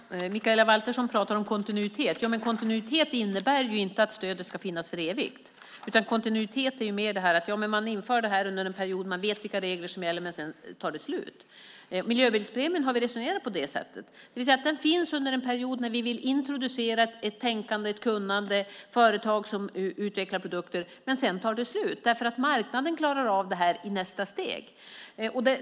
Herr talman! Mikaela Valtersson pratar om kontinuitet. Men kontinuitet innebär inte att stödet ska finnas för evigt. Kontinuitet innebär att något införs under en period och man vet vilka regler som gäller - men sedan tar det slut. Med miljöbilspremien har vi resonerat på det sättet. Den finns under en period när vi vill introducera ett tänkande, ett kunnande, för företag att utveckla produkter. Men sedan tar det slut. Marknaden klarar av detta i nästa steg.